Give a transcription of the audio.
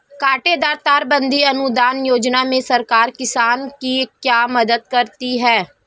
कांटेदार तार बंदी अनुदान योजना में सरकार किसान की क्या मदद करती है?